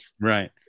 Right